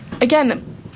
again